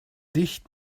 dicht